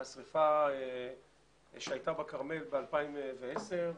לשריפה שהייתה בכרמל ב-2010.